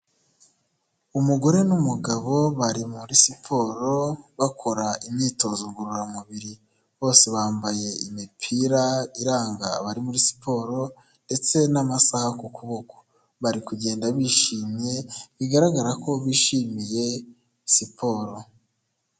Umugore n'umugabo bari muri siporo bakora imyitozo ngororamubiri, bose bambaye imipira iranga abari muri siporo ndetse n'amasaha ku kuboko, bari kugenda bishimye bigaragara ko bishimiye siporo.